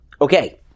Okay